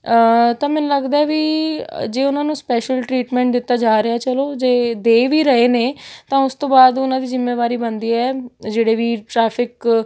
ਤਾਂ ਮੈਨੂੰ ਲੱਗਦਾ ਵੀ ਜੇ ਉਹਨਾਂ ਨੂੰ ਸਪੈਸ਼ਲ ਟਰੀਟਮੈਂਟ ਦਿੱਤਾ ਜਾ ਰਿਹਾ ਚਲੋ ਜੇ ਦੇ ਵੀ ਰਹੇ ਨੇ ਤਾਂ ਉਸ ਤੋਂ ਬਾਅਦ ਉਹਨਾਂ ਦੀ ਜ਼ਿੰਮੇਵਾਰੀ ਬਣਦੀ ਹੈ ਜਿਹੜੇ ਵੀ ਟ੍ਰੈਫਿਕ